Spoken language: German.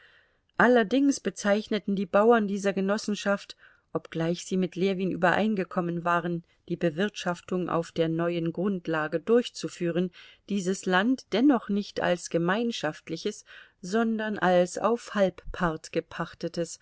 allerdings bezeichneten die bauern dieser genossenschaft obgleich sie mit ljewin übereingekommen waren die bewirtschaftung auf der neuen grundlage durchzuführen dieses land dennoch nicht als gemeinschaftliches sondern als auf halbpart gepachtetes